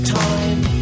time